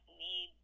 need